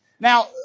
Now